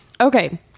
Okay